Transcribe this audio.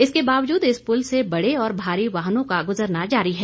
इसके बावजूद इस पुल से बड़े और भारी वाहनों का गुजरना जारी है